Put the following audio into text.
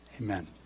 Amen